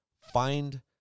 find –